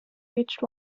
reached